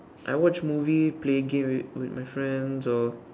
I watch movie play game with with my friends or